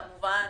כמובן.